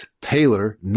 Taylor